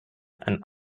and